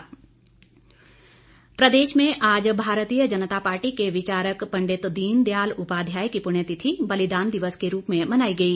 भाजपा प्रदेश में आज भारतीय जनता पार्टी के विचारक पंडित दीन दयाल उपाध्याय की पुण्यतिथि बलिदान दिवस के रूप में मनाई गई